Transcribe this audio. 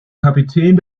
kapitän